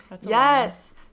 Yes